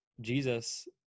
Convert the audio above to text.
Jesus